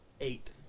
Eight